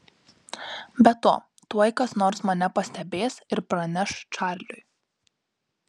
be to tuoj kas nors mane pastebės ir praneš čarliui